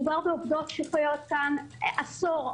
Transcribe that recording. מדובר בעובדות שחיות כאן עשור,